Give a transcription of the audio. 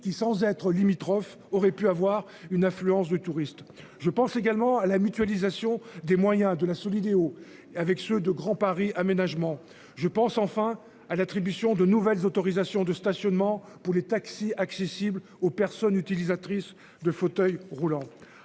qui sans être limitrophes aurait pu avoir une affluence de touristes. Je pense également à la mutualisation des moyens de la Solideo avec ceux de Grand Paris Aménagement je pense enfin à l'attribution de nouvelles autorisations de stationnement pour les taxis accessibles aux personnes utilisatrices de fauteuil roulant